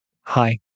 hi